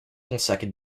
consacre